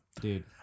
Dude